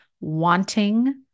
wanting